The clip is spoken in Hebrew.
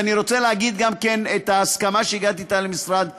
ואני רוצה להגיד גם על ההסכמה שהגעתי אליה עם משרד המשפטים,